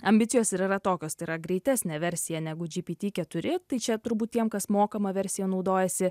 ambicijos ir yra tokios tai yra greitesnė versija negu gpt keturi tai čia turbūt tiem kas mokama versija naudojasi